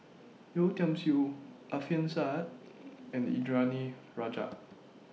Yeo Tiam Siew Alfian Sa'at and Indranee Rajah